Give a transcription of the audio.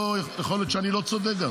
יכול להיות שאני לא צודק.